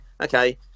okay